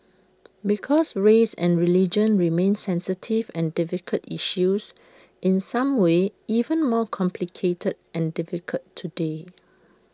because race and religion remain sensitive and difficult issues in some ways even more complicated and difficult today